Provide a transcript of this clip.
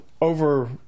over